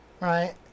right